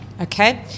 okay